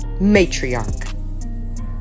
matriarch